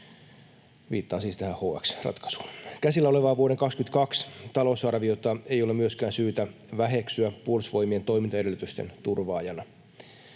viittaan siis tähän HX-ratkaisuun. Käsillä olevaa vuoden 22 talousarviota ei ole myöskään syytä väheksyä Puolustusvoimien toimintaedellytysten turvaajana.